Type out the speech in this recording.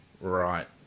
Right